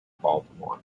baltimore